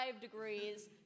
degrees